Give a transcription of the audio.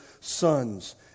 Son's